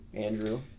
Andrew